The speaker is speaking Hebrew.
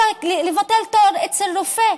לבטל תור אצל רופא.